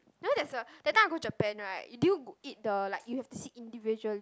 you know there's a that time I go Japan right did you eat the like you have to sit individually